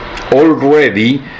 already